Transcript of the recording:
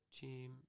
team